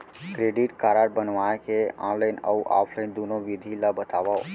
Credit card बनवाए के online अऊ ऑफलाइन दुनो विधि ला बतावव?